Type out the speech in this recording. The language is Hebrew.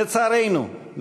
לצערנו,